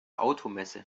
automesse